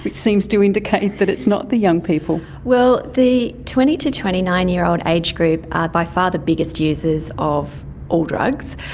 seems to indicate that it's not the young people. well, the twenty to twenty nine year old age group are by far the biggest users of all drugs,